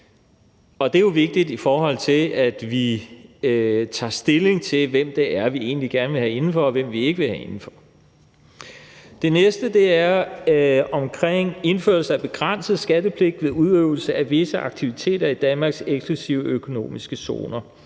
det er jo vigtigt, i forhold til at vi tager stilling til, hvem det er, vi egentlig gerne vil have indenfor, og hvem vi ikke vil have indenfor. Det næste er omkring indførelse af begrænset skattepligt ved udøvelse af visse aktiviteter i Danmarks eksklusive økonomiske zoner.